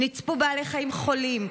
נצפו בעלי חיים חולים,